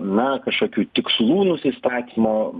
na kažkokių tikslų nusistatymo